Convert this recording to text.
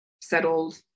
settled